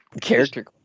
Character